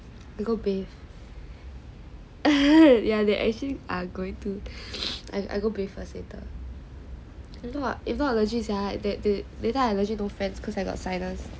go bathe yeah actually they you are going to I go bathe first if not allergies later I legit no friends because I got sinus